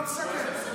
אני לא מסכם.